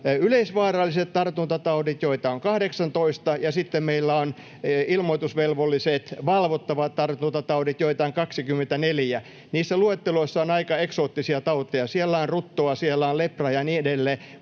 yleisvaaralliset tartuntataudit, joita on 18, ja sitten meillä on ilmoitukseen velvoittavat, valvottavat tartuntataudit, joita on 24. Niissä luetteloissa on aika eksoottisia tauteja — siellä on ruttoa, siellä on lepraa ja niin edelleen